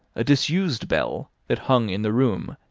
a disused bell, that hung in the room,